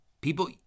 People